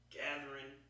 gathering